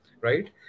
right